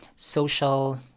Social